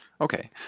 Okay